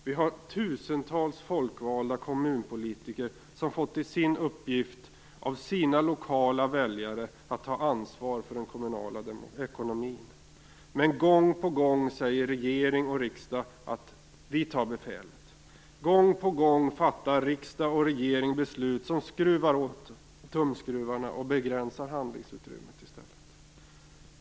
Vi har tusentals folkvalda kommunpolitiker som fått i uppgift av sina lokala väljare att ta ansvar för den kommunala ekonomin. Men gång på gång säger regering och riksdag: Vi tar befälet. Gång på gång fattar regering och riksdag beslut som skruvar åt tumskruvarna och begränsar handlingsutrymmet.